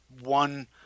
one